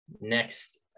next